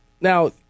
Now